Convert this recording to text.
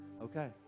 okay